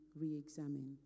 re-examine